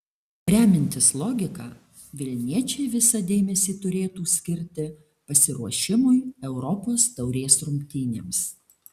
remiantis logika vilniečiai visą dėmesį turėtų skirti pasiruošimui europos taurės rungtynėms